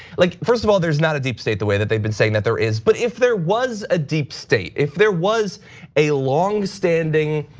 like first of all, there's not a deep state the way that they've been saying that there is. but if there was a deep state, if there was a long-standing,